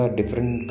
Different